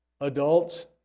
Adults